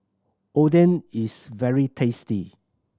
oden is very tasty